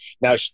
Now